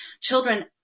Children